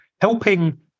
helping